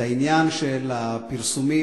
העניין של הפרסומים,